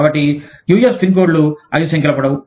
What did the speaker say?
కాబట్టి US pin కోడ్లు ఐదు సంఖ్యల పొడవు